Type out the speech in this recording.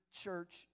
church